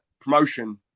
promotion